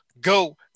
go